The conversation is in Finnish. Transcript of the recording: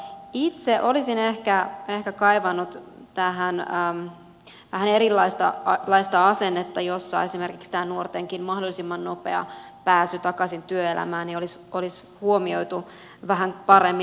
itse olisin ehkä kaivannut tähän vähän erilaista asennetta jossa esimerkiksi nuortenkin mahdollisimman nopea pääsy takaisin työelämään olisi huomioitu vähän paremmin